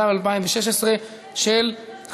גם הוא מבקש לצרף את תמיכתו,